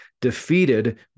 defeated